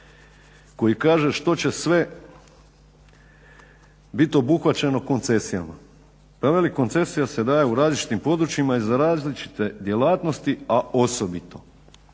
koji kaže što će sve biti obuhvaćeno koncesijama. Pa veli koncesija se daje u različitim područjima i za različite djelatnosti a osobito,